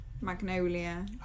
Magnolia